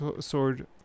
sword